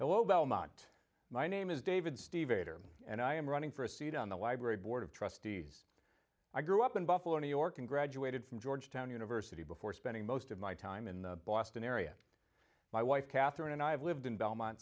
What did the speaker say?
hello belmont my name is david steve ater and i am running for a seat on the library board of trustees i grew up in buffalo new york and graduated from georgetown university before spending most of my time in the boston area my wife catherine and i have lived in belmont